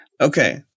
Okay